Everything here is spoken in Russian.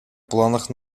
планах